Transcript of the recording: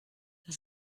das